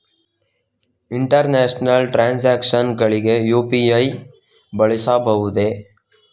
International transactions ಗಳಿಗೆ UPI ಬಳಸಬಹುದೇ?